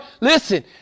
listen